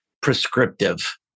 Prescriptive